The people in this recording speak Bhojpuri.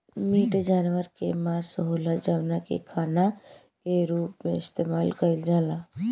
मीट जानवर के मांस होला जवना के खाना के रूप में इस्तेमाल कईल जाला